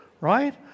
Right